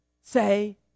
say